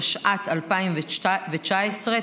התשע"ט 2019,